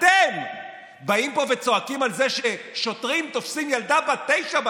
אתם באים לפה וצועקים על זה ששוטרים תופסים ילדה בת תשע.